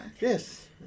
Yes